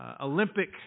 Olympic